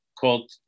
called